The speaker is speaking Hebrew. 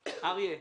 אריה,